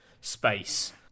space